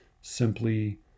simply